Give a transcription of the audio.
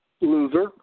loser